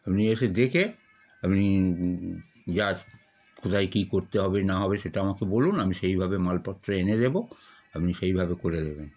আপনি এসে দেখে আপনি যা কোথায় কী করতে হবে না হবে সেটা আমাকে বলুন আমি সেভাবে মালপত্র এনে দেবো আপনি সেভাবে করে দেবেন